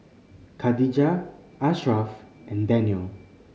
Khadija Ashraff and Daniel